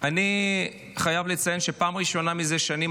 אני חייב לציין שפעם ראשונה זה שנים